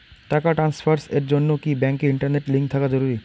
টাকা ট্রানস্ফারস এর জন্য কি ব্যাংকে ইন্টারনেট লিংঙ্ক থাকা জরুরি?